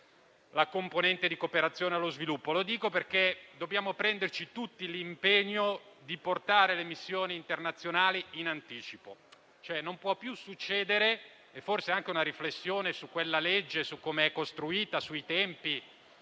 la componente di cooperazione allo sviluppo. Lo dico perché dobbiamo prenderci tutti l'impegno di discutere di missioni internazionali in anticipo. Da questo punto di vista, forse sarebbe necessaria anche una riflessione su quella legge, su come è costruita, sui tempi